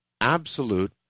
absolute